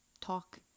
talk